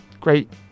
great